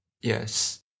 Yes